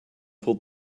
pulled